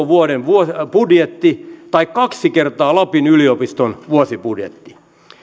vuoden vuoden budjetti tai kaksi kertaa lapin yliopiston vuosibudjetti